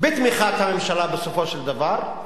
בתמיכת הממשלה בסופו של דבר,